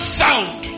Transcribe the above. sound